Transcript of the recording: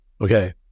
okay